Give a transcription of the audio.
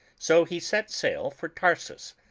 so he set sail for tarsus,